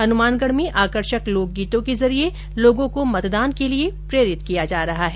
हनुमानगढ़ में आकर्षक लोकगीतों के जरिए लोगों को मतदान के प्रति प्रेरित किया जा रहा है